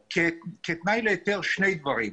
כתנאי להיתר הם דורשים שני דברים: